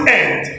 end